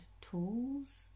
tools